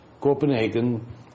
Copenhagen